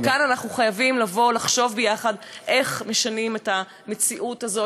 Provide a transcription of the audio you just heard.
וכאן אנחנו חייבים לבוא ולחשוב יחד איך משנים את המציאות הזאת,